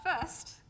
first